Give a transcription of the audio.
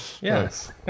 Yes